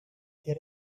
their